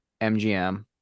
MGM